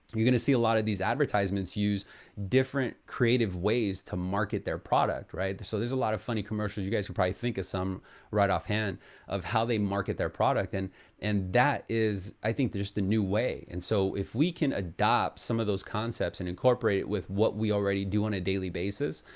you're gonna see a lot of these advertisements use different creative ways to market their product, right? so there's a lot of funny commercials you guys probably think of some right offhand of how they market their product. and and that is, i think there's the new way. and so, if we can adopt some of those concepts and incorporate it with what we already do on a daily basis,